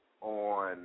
on